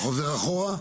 חוזר אחורה?